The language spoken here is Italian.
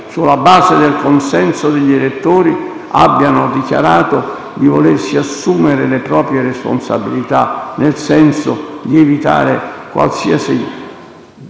sulla base del consenso degli elettori abbiano dichiarato di volersi assumere le proprie responsabilità, nel senso di evitare qualsiasi